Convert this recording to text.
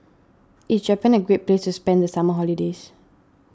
is Japan a great place to spend the summer holidays